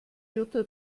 jutta